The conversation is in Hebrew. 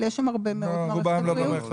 אבל יש שם הרבה מאוד ממערכת הבריאות.